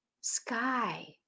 sky